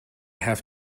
have